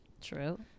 True